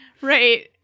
Right